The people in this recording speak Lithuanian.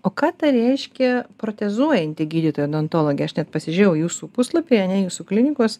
o ką tai reiškia protezuojanti gydytoja odontologė aš net pasižiūrėjau jūsų puslapyje ane jūsų klinikos